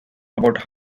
about